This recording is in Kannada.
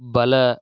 ಬಲ